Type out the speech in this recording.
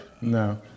no